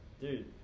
dude